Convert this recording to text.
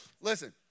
Listen